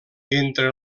entre